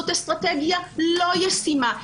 זאת אסטרטגיה לא ישימה,